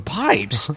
pipes